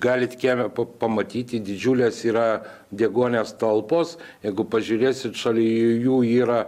galit kieme pamatyti didžiules yra deguonies talpos jeigu pažiūrėsit šaly jų yra